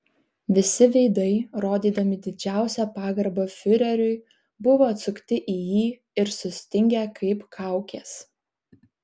visi veidai rodydami didžiausią pagarbą fiureriui buvo atsukti į jį ir sustingę kaip kaukės